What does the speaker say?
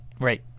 right